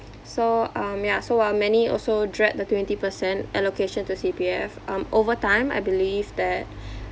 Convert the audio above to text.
so um yeah so uh many also dread the twenty percent allocation to C_P_F um over time I believe that